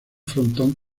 frontón